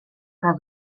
que